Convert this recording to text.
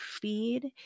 feed